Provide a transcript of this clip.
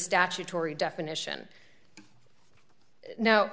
statutory definition now